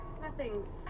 nothing's